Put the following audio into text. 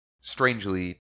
strangely